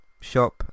shop